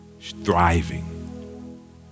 thriving